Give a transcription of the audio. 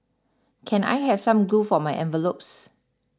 can I have some glue for my envelopes